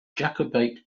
jacobite